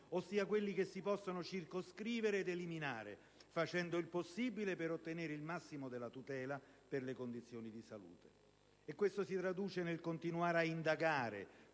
ossia quelli che si possono circoscrivere ed eliminare, facendo il possibile per ottenere il massimo della tutela per le condizioni di salute dei militari. Questo si traduce nel continuare ad indagare